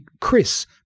Chris